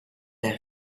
der